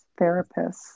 therapists